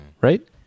Right